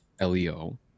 LEO